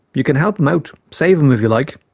you can help him out, save him, if you like'.